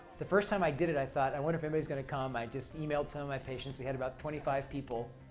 the first time i did it, i thought, i wonder if anybody's going to come. i just emailed some of my patients. we had about twenty five people.